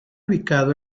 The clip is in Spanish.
ubicado